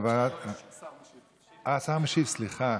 השר משיב, סליחה.